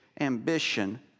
ambition